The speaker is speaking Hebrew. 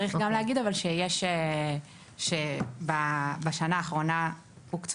צריך גם להגיד אבל שבשנה האחרונה הוקצו